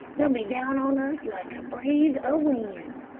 they'll be down on us like a breeze o' wind.